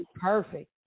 perfect